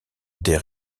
des